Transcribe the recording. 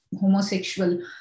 homosexual